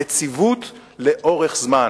יציבות לאורך זמן.